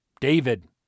David